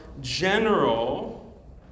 general